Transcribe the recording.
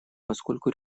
поскольку